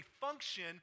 function